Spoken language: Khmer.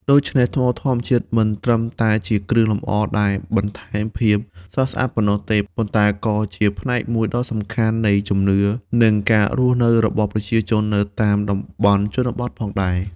ដូច្នេះ ថ្មធម្មជាតិមិនត្រឹមតែជាគ្រឿងលម្អដែលបន្ថែមភាពស្រស់ស្អាតប៉ុណ្ណោះទេ ប៉ុន្តែក៏ជាផ្នែកមួយដ៏សំខាន់នៃជំនឿ និងការរស់នៅរបស់ប្រជាជននៅតាមតំបន់ជនបទផងដែរ។